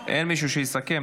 אין מישהו שיסכם.